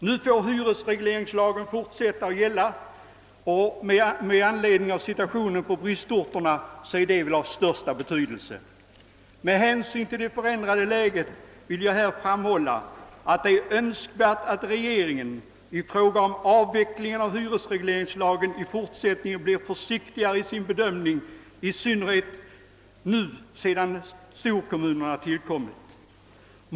Nu får hyresregleringslagen fortsätta att gälla, vilket väl med tanke på situationen inom bristorterna är av största betydelse. Med hänsyn till det förändrade läget vill jag framhålla att det är önskvärt, att regeringen i frågan om avvecklingen av hyresregleringslagen i fortsättningen blir försiktigare i sin bedömning, i synnerhet sedan nu storkommunerna tillkommit.